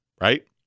right